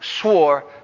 swore